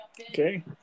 Okay